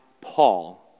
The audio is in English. Paul